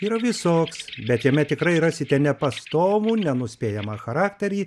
yra visoks bet jame tikrai rasite nepastovų nenuspėjamą charakterį